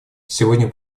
сегодня